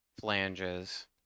flanges